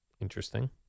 Interesting